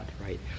right